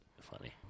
funny